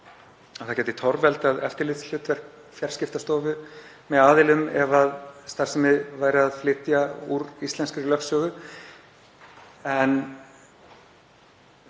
það gæti torveldað eftirlitshlutverk Fjarskiptastofu með aðilum ef starfsemi væri að flytja úr íslenskri lögsögu.